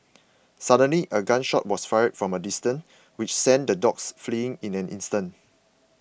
suddenly a gun shot was fired from a distance which sent the dogs fleeing in an instant